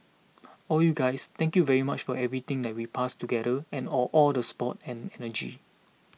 all you guys thank you very much for everything that we passed together and all all the support and energy